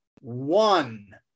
one